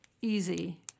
easy